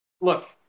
Look